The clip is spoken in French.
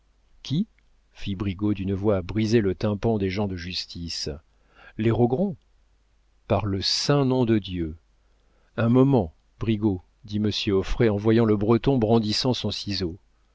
qui fit brigaut d'une voix à briser le tympan des gens de justice les rogron par le saint nom de dieu un moment brigaut dit monsieur auffray en voyant le breton brandissant son ciseau